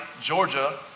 Georgia